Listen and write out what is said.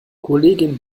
kollegin